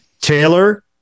Taylor